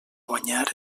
guanyar